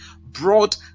brought